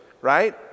right